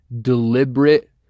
deliberate